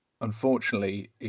Unfortunately